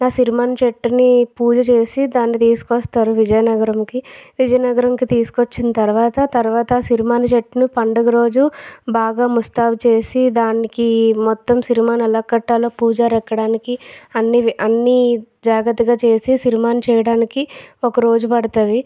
ఆ సిరిమాను చెట్టుని పూజ చేసి దాన్ని తీసుకొస్తారు విజయనగరానికి విజయనగరానికి తీసుకు వచ్చిన తర్వాత తర్వాత సిరిమాను చెట్టును పండుగ రోజు బాగా ముస్తాబు చేసి దానికి మొత్తం సిరిమాను ఎలా కట్టాలో పూజారి ఎక్కడానికి అన్నీ విధాల అన్ని జాగ్రత్తగా చేసి సిరిమాను చేయడానికి ఒక రోజు పడుతుంది